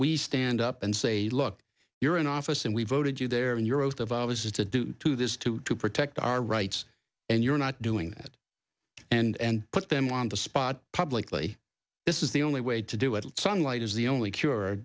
we stand up and say look you're in office and we voted you there and your oath of office is to due to this to protect our rights and you're not doing that and put them on the spot publicly this is the only way to do it sunlight is the only cure